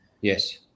Yes